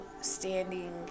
standing